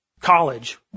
college